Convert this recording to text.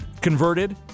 converted